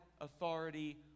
authority